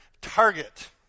target